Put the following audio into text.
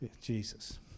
jesus